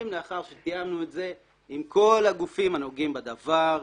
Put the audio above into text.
לאחר שתיאמנו את זה כל הגופים בנוגעים בדבר,